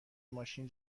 ماشین